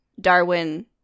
Darwin